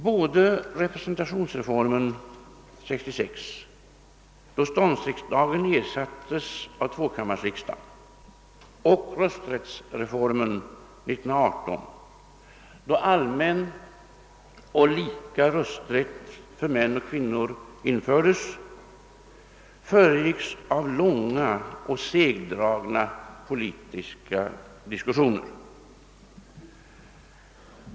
Både representationsreformen 1866, då ståndsriksdagen ersattes av tvåkammariksdagen, och rösträttsreformen 1918, då allmän och lika rösträtt för män och kvinnor infördes, föregicks av långa och segdragna politiska diskussioner.